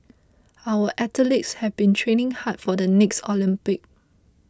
our athletes have been training hard for the next Olympic